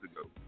ago